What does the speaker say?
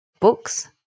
books